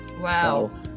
Wow